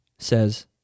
says